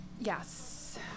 yes